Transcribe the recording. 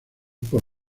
por